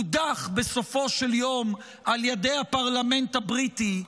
הודח בסופו של יום על ידי הפרלמנט הבריטי,